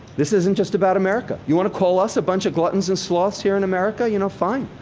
this isn't just about america. you wanna call us a bunch of gluttons and sloths here in america? you know fine.